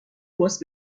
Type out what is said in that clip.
باس